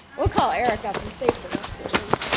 we'll call erik up and save the rest of the room.